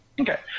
Okay